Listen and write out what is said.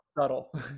subtle